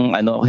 ano